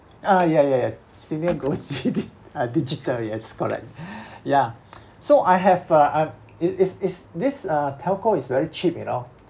ah ya ya ya senior goes gidi~ uh digital yes correct ya so I have a uh is is is this uh telco is very cheap you know